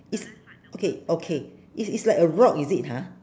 it's okay okay it is like a rock is it ha